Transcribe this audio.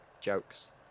jokes